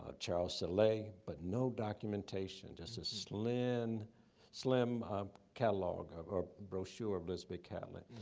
ah charles sallee, but no documentation, just this slim slim catalog or brochure of elizabeth catlett.